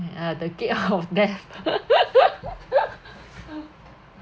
that I at the gate of death